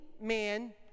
man